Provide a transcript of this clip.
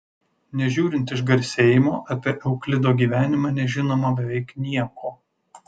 nežiūrint išgarsėjimo apie euklido gyvenimą nežinoma beveik nieko